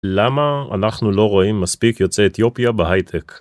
למה אנחנו לא רואים מספיק יוצאי אתיופיה בהייטק?